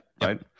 right